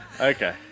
Okay